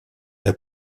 est